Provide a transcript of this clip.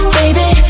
baby